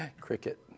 Cricket